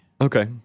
Okay